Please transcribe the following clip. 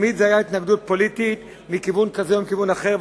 תמיד אלה היו התנגדויות פוליטיות מכיוון כזה או מכיוון אחר,